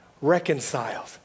reconciled